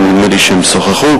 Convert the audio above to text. ונדמה לי שהם שוחחו,